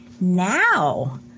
now